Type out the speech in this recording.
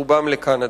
רובם לקנדה.